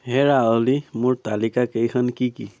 হেৰা অলি মোৰ তালিকাকেইখন কি কি